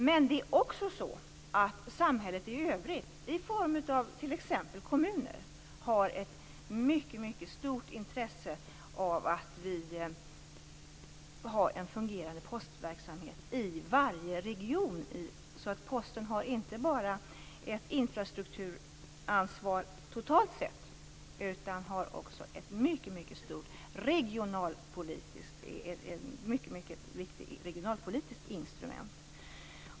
Men samhället i övrigt, i form av t.ex. kommuner, har ett mycket stort intresse av att vi har en fungerande postverksamhet i varje region. Posten har inte bara ett infrastrukturansvar totalt sett utan är också ett mycket viktigt regionalpolitiskt instrument.